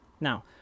Now